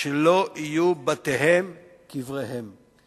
"שלא יהיו בתיהם קבריהם".